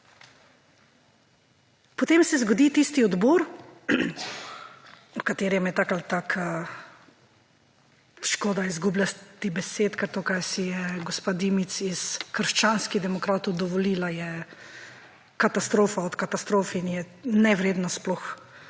Potem se zgodi tisti odbor, o katerem je tako ali tako škoda izgubljati besed, ker to kar si je gospa Dimic iz krščanskih demokratov dovolila, je katastrofa od katastrofe, mi je nevredno sploh